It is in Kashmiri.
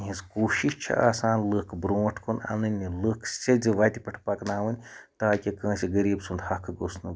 اِہِنٛز کوٗشِش چھِ آسان لُکھ برٛونٛٹھ کُن اَنٕنۍ لُکھ سٮ۪زِ وَتہِ پٮ۪ٹھ پَکناوٕنۍ تاکہِ کٲنٛسہِ غریٖب سُنٛد حَق گوٚژھ نہٕ